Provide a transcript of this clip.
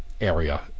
area